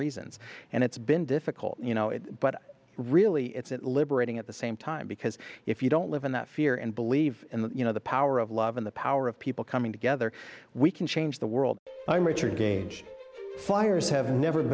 reasons and it's been difficult you know but i really is it liberating at the same time because if you don't live in that fear and believe in the you know the power of love and the power of people coming together we can change the world i'm richard gage fires have never